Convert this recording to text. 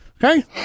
Okay